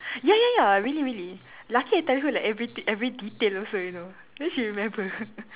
ya ya ya really really luckily I like tell her like every every details also you know then she remember